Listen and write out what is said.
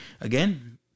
again